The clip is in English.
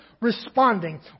responding